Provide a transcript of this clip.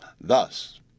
Thus